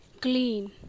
clean